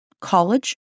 college